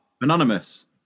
anonymous